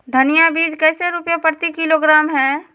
धनिया बीज कैसे रुपए प्रति किलोग्राम है?